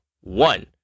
one